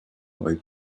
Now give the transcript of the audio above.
neu